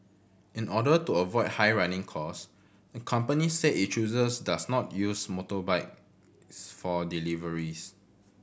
in order to avoid high running cost the company said it chooses does not use motorbikes for deliveries